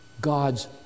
God's